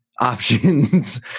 options